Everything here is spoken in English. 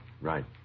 Right